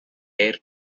air